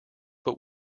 but